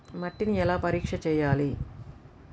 మట్టిని ఎలా పరీక్ష చేయాలి?